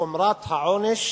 שחומרת העונש